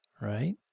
right